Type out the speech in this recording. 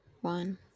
one